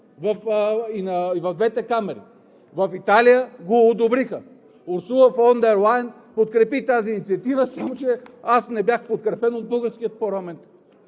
и в двете камари, в Италия го одобриха, Урсула фон дер Лайен подкрепи тази инициатива, само че аз не бях подкрепен от българския парламент,